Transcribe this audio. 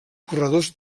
corredors